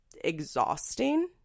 exhausting